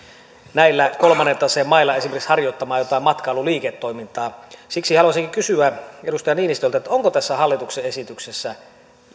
näillä kolmannen taseen mailla esimerkiksi harjoittamaan jotain matkailuliiketoimintaa siksi haluaisinkin kysyä edustaja niinistöltä onko tässä hallituksen esityksessä